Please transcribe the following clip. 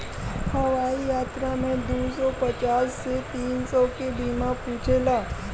हवाई यात्रा में दू सौ पचास से तीन सौ के बीमा पूछेला